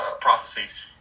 processes